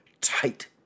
tight